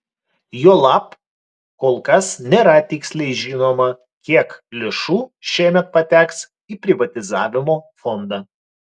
juolab kol kas nėra tiksliai žinoma kiek lėšų šiemet pateks į privatizavimo fondą